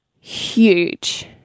huge